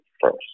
first